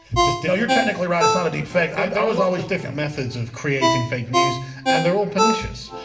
just till you're technically right. it's not a deep fake um i was always different methods of creating fake news and they're all pernicious.